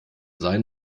sein